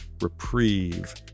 reprieve